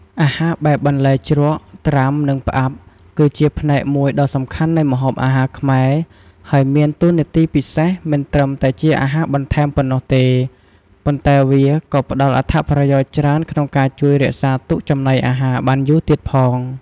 អាហារបែបបន្លែជ្រក់ ត្រាំ និងផ្អាប់ គឺជាផ្នែកមួយដ៏សំខាន់នៃម្ហូបអាហារខ្មែរ ហើយមានតួនាទីពិសេសមិនត្រឹមតែជាអាហារបន្ថែមប៉ុណ្ណោះទេ ប៉ុន្តែវាក៏ផ្ដល់អត្ថប្រយោជន៍ច្រើនក្នុងការជួយរក្សាទុកចំណីអាហារបានយូរទៀតផង។